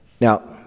now